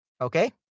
okay